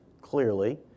clearly